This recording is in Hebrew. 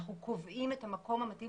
אנחנו קובעים את המקום המתאים